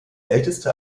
älteste